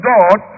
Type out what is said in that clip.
God